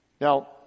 Now